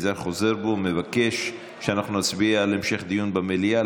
יזהר חוזר בו ומבקש שאנחנו נצביע על המשך דיון במליאה,